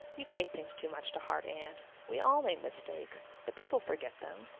you take things too much to heart, anne. we all make mistakes. but people forget them.